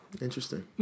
Interesting